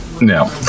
No